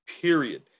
period